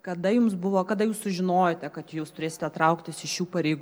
kada jums buvo kada jūs sužinojote kad jūs turėsite trauktis iš šių pareigų